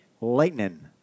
Lightning